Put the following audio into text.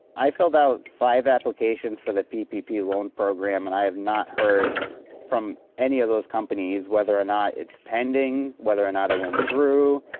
i filled out five applications for the ppp loan program, and i have not heard from any of those companies whether or not it's pending, whether or not it went through,